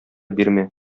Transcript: бирмә